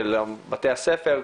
של בתי הספר,